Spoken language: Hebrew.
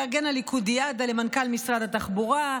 את מארגן הליכודיאדה למנכ"ל משרד התחבורה,